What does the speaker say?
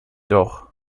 doch